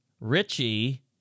Richie